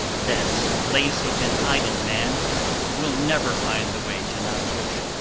that lazy and idle man will never find the way to knowledge.